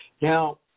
Now